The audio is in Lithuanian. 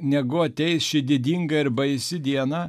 negu ateis ši didinga ir baisi diena